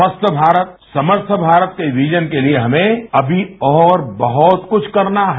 स्वस्थ भारत समर्थ भारत के विजन के लिए हमें अभी और बहुत कुछ करना है